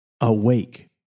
Awake